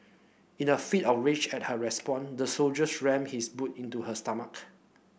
in a fit of rage at her response the soldier rammed his boot into her stomach